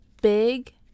big